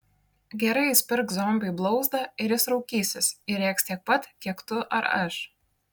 gerai įspirk zombiui į blauzdą ir jis raukysis ir rėks tiek pat kiek tu ar aš